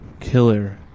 killer